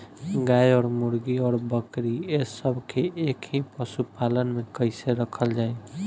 गाय और मुर्गी और बकरी ये सब के एक ही पशुपालन में कइसे रखल जाई?